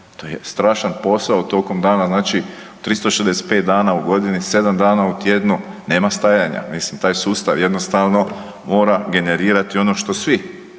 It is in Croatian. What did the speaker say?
to je strašan posao tokom dana. Znači 365 dana, 7 dana u tjednu nema stajanja. Mislim taj sustav jednostavno mora generirati ono što svi